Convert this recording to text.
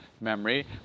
memory